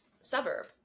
suburb